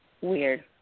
weird